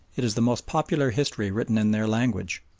it is the most popular history written in their language.